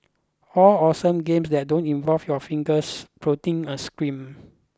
all awesome games that don't involve your fingers prodding a screen